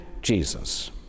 Jesus